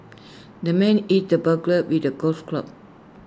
the man hit the burglar with A golf club